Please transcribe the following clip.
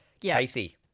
Casey